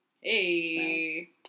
Hey